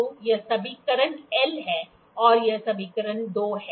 तो यह समीकरण 1 है और यह समीकरण 2 है